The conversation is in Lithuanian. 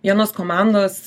vienos komandos